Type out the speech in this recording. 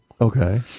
Okay